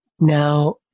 Now